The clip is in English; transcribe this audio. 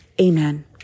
Amen